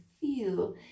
feel